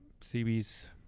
CB's